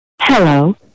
Hello